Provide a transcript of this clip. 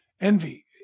Envy